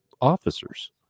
officers